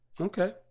Okay